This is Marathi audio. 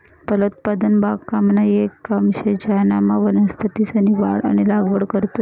फलोत्पादन बागकामनं येक काम शे ज्यानामा वनस्पतीसनी वाढ आणि लागवड करतंस